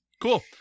cool